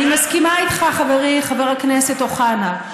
אני מסכימה איתך, חברי חבר הכנסת אוחנה.